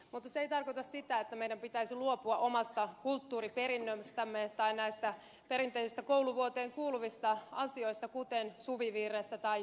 mutta se ei tarkoita sitä että meidän pitäisi luopua omasta kulttuuriperinnöstämme tai näistä perinteisistä kouluvuoteen kuuluvista asioista kuten suvivirrestä tai joulujuhlasta